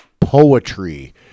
poetry